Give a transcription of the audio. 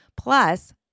plus